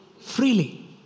Freely